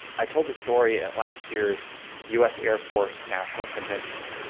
i told this story at last year's us air force national convention.